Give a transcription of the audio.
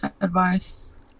advice